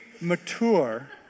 mature